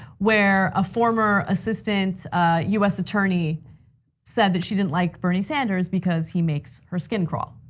where a former assistant us attorney said that she didn't like bernie sanders because he makes her skin crawl,